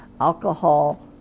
alcohol